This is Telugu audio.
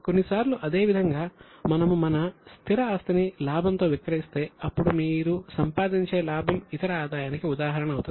కొన్నిసార్లు అదే విధంగా మనము మన స్థిర ఆస్తిని లాభంతో విక్రయిస్తే అప్పుడు మీరు సంపాదించే లాభం ఇతర ఆదాయానికి ఉదాహరణ అవుతుంది